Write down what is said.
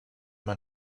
man